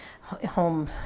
home